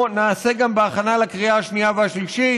נעשה גם בהכנה לקריאה השנייה והשלישית,